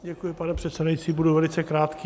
Děkuji, pane předsedající, budu velice krátký.